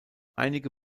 einige